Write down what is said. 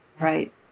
right